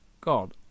God